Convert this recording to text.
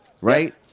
right